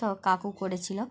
তো কাকু করেছিলো